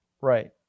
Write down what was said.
Right